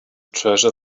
treasure